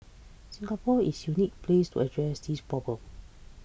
Singapore is uniquely placed to address these problems